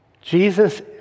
Jesus